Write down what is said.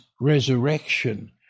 resurrection